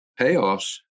payoffs